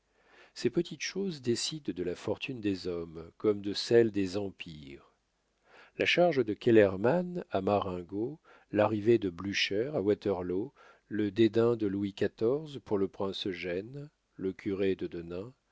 ces petites choses décident de la fortune des hommes comme de celle des empires la charge de kellermann à marengo l'arrivée de blücher à waterloo le dédain de louis xiv pour le prince eugène le curé de